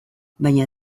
baina